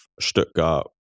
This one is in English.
Stuttgart